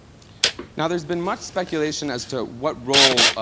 now, there's been much speculation as to what role,